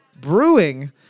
Brewing